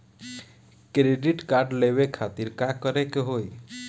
Credit card लेवे खातिर का करे के होई?